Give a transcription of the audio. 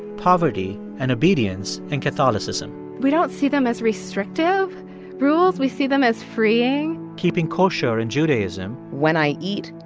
poverty and obedience in catholicism. we don't see them as restrictive rules. we see them as freeing. keeping kosher in judaism. when i eat,